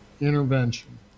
intervention